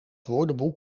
woordenboek